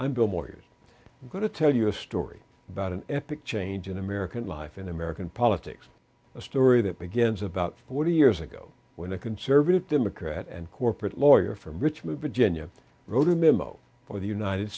i'm bill moyers going to tell you a story about an epic change in american life in american politics a story that begins about forty years ago when a conservative democrat and corporate lawyer from richmond virginia wrote a memo for the united